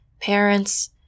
Parents